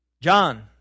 John